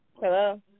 Hello